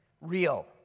Real